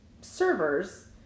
servers